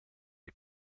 dei